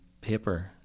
paper